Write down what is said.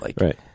Right